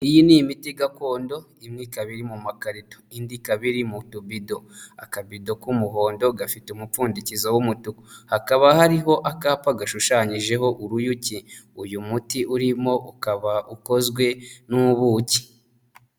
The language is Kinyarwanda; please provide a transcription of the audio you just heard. Iyi ni imiti gakondo imwe kabiri mu makarito indi kabiri mu dubido akabido k'umuhondo gafite umupfundikizo wumutuku hakaba hariho akapa gashushanyijeho uruyuki uyu muti urimo ukaba ukozwe n'ubuki.